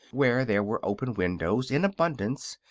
where there were open windows in abundance,